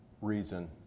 reason